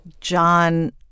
John